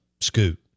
scoot